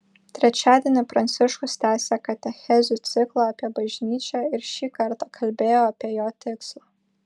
trečiadienį pranciškus tęsė katechezių ciklą apie bažnyčią ir šį kartą kalbėjo apie jo tikslą